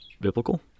biblical